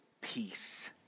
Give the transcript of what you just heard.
peace